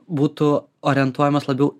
būtų orientuojamas labiau